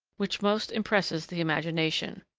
which most impresses the imagination.